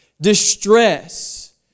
distress